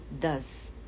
thus